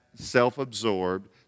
self-absorbed